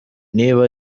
niba